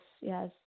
yes